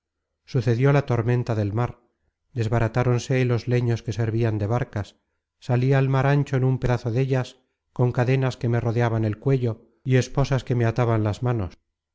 sucedió la tormenta del mar desbaratáronse los leños que servian de barcas sali al mar ancho en un pedazo dellas con cadenas que me rodeaban el cuello y esposas que me ataban las manos